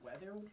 weather